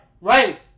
Right